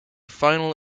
final